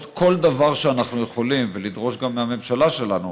כל דבר שאנחנו יכולים ולדרוש גם מהממשלה שלנו